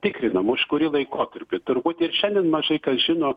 tikrinam už kurį laikotarpį turbūt ir šiandien mažai kas žino